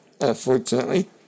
unfortunately